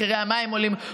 מחירי המים עולים,